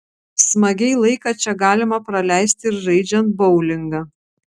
smagiai laiką čia galima praleisti ir žaidžiant boulingą